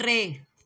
टे